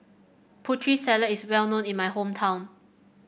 Putri Salad is well known in my hometown